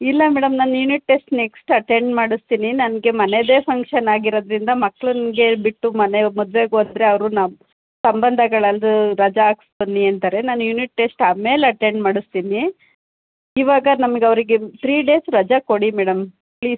ಇಲ್ಲ ಮೇಡಮ್ ನನ್ನ unit test next attend ಮಾಡಿಸ್ತೀನಿ ನನಗೆ ಮನೆಯದೇ ಫಂಕ್ಷನ್ ಆಗಿರೋದ್ರಿಂದ ಮಕ್ಳು ಬಿಟ್ಟು ಮನೆ ಮದ್ವೆಗೆ ಹೋದ್ರೆ ಅವರು ನಮ್ಮ ಸಂಬಂಧಗಳದ್ ರಜಾ ಹಾಕಿಸಿ ಬನ್ನಿ ಅಂತಾರೆ ನಾನು ಯುನಿಟ್ ಟೆಸ್ಟ್ ಆಮೇಲೆ ಅಟೆಂಡ್ ಮಾಡಿಸ್ತೀನಿ ಇವಾಗ ನಮ್ಗೆ ಅವರಿಗೆ ತ್ರೀ ಡೇಸ್ ರಜಾ ಕೊಡಿ ಮೇಡಮ್ ಪ್ಲೀಸ್